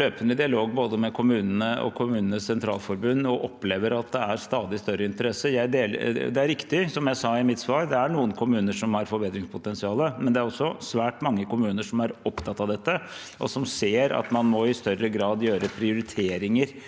lø- pende dialog med både kommunene og KS, og vi opplever at det er stadig større interesse. Det er riktig, som jeg sa i mitt svar, at det er noen kommuner som har forbedringspotensial, men det er også svært mange kommuner som er opptatt av dette, og som ser at man i større grad må gjøre prioriteringer